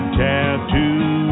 tattoo